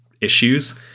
issues